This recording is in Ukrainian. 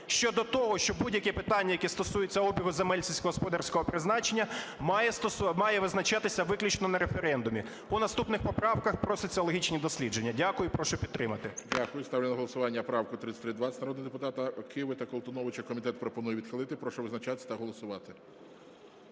щодо того, що будь-яке питання, яке стосується обігу земель сільськогосподарського призначення, має визначатися виключно на референдумі. По наступних поправках про соціологічні дослідження. Дякую. І прошу підтримати. ГОЛОВУЮЧИЙ. Дякую. Ставлю на голосування правку 3320 народного депутата Киви та Колтуновича. Комітет пропонує відхилити. Прошу визначатися та голосувати.